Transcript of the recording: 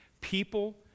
People